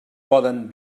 poden